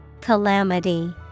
Calamity